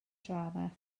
drama